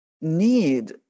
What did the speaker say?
need